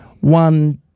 one